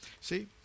See